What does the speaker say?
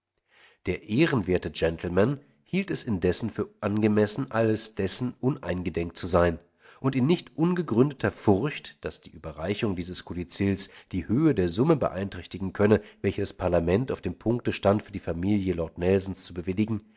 der ehrenwerte gentleman hielt es indessen für angemessen alles dessen uneingedenk zu sein und in nicht ungegründeter furcht daß die überreichung dieses kodizills die höhe der summe beeinträchtigen könne welche das parlament auf dem punkte stand für die familie lord nelsons zu bewilligen